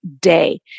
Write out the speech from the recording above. day